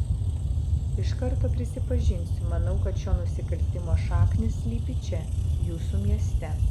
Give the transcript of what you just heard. iš karto prisipažinsiu manau kad šio nusikaltimo šaknys slypi čia jūsų mieste